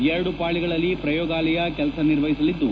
ಎರಡು ಪಾಳಿಗಳಲ್ಲಿ ಪ್ರಯೋಗಾಲಯ ಕೆಲಸ ನಿರ್ವಹಿಸಲಿದ್ದು